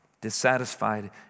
Dissatisfied